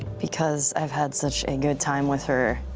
because i've had such a good time with her,